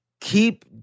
keep